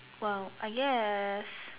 well I guess